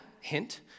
hint